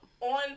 on